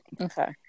okay